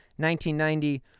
1990